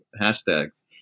hashtags